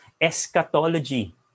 eschatology